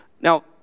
now